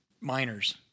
miners